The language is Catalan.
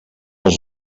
als